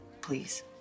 please